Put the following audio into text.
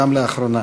גם לאחרונה.